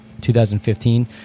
2015